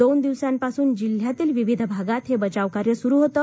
दोन दिवसापासून जिल्ह्यातील विविध भागात हे बचाव कार्य सुरू होतं